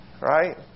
Right